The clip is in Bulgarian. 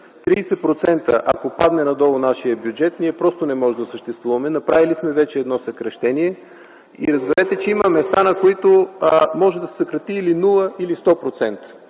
ако падне надолу нашият бюджет, ние просто не можем да съществуваме. Направили сме вече едно съкращение.” Разберете, че има места, на които може да се съкрати или 0, или 100%.